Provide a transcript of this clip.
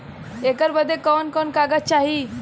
ऐकर बदे कवन कवन कागज चाही?